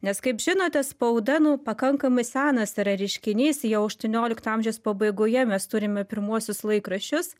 nes kaip žinote spauda nu pakankamai senas yra reiškinys jau aštuoniolikto amžiaus pabaigoje mes turime pirmuosius laikraščius